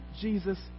Jesus